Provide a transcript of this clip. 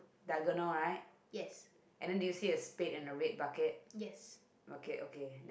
yes yes